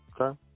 Okay